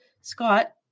Scott